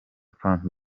frank